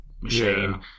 machine